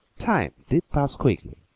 time did pass quickly,